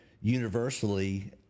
universally